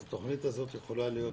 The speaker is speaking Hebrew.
אז התוכנית הזאת יכולה להיות